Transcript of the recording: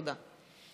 תודה.